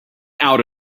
out